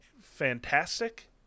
fantastic